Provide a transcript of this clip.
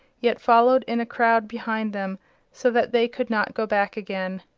yet followed in a crowd behind them so that they could not go back again.